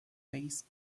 face